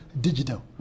digital